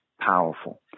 powerful